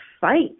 fight